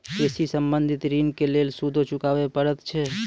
कृषि संबंधी ॠण के लेल सूदो चुकावे पड़त छै?